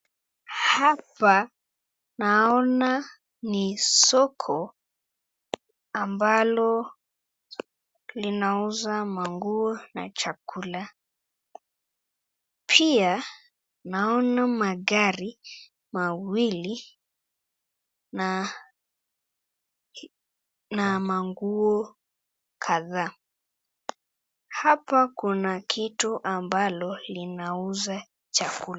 Hapa naona ni soko ambalo linauza manguo na chakula. Pia naona magari mawili na na manguo kadhaa. Hapa kuna kitu ambalo linauza chakula.